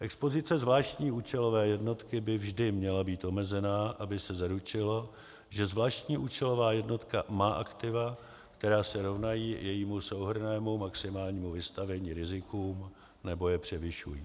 Expozice zvláštní účelové jednotky by vždy měla být omezená, aby se zaručilo, že zvláštní účelová jednotka má aktiva, která se rovnají jejímu souhrnnému maximálnímu vystavení rizikům nebo je převyšují.